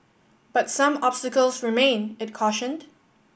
but some obstacles remain it cautioned